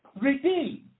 redeemed